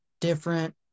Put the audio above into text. different